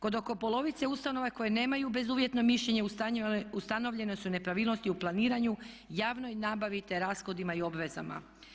Kod oko polovice ustanova koje nemaju bezuvjetno mišljenje ustanovljene su nepravilnosti u planiranju, javnoj nabavi te rashodima i obvezama.